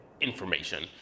information